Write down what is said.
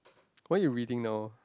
what are you reading now